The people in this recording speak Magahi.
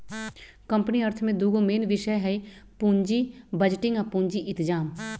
कंपनी अर्थ में दूगो मेन विषय हइ पुजी बजटिंग आ पूजी इतजाम